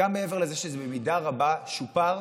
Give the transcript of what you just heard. גם מעבר לזה שזה במידה רבה שופר,